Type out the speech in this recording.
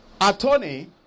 attorney